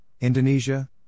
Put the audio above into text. Indonesia